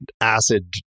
acid